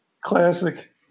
Classic